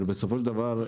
אבל בסופו של דבר,